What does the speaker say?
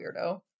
weirdo